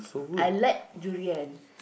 I like durian